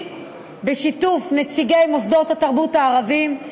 בשיתוף נציגי מוסדות התרבות הערביים,